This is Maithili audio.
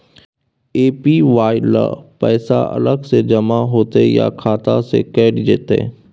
ए.पी.वाई ल पैसा अलग स जमा होतै या खाता स कैट जेतै?